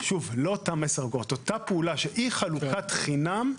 שאותה פעולה של אי-חלוקת חינם,